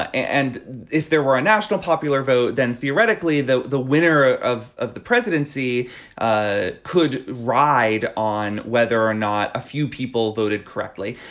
and if there were a national popular vote then theoretically the the winner ah of of the presidency ah could ride on whether or not a few people voted correctly.